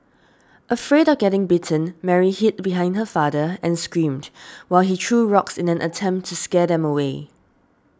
afraid of getting bitten Mary hid behind her father and screamed while he threw rocks in an attempt to scare them away